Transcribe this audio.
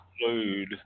include